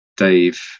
Dave